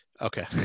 Okay